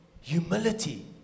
humility